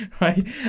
right